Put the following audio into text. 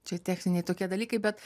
čia techniniai tokie dalykai bet